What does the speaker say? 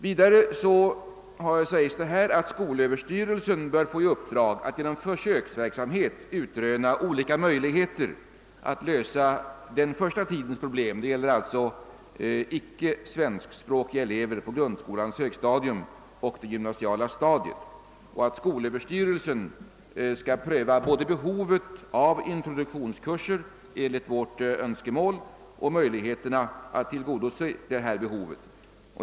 Vidare har utskottet skrivit att skolöverstyrelsen bör få i uppgift att genom försöksverksamhet utröna olika möjligheter att lösa den första tidens problem — det gäller alltså icke svenskspråkiga elever på grundskolans högstadium och det gymnasiala stadiet — och att skolöverstyrelsen skall pröva både behovet av introduktionskurser, enligt motionärernas önskemål, och möjligheterna att tillgodose detta behov.